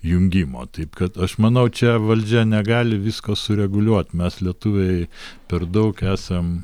jungimo taip kad aš manau čia valdžia negali visko sureguliuot mes lietuviai per daug esam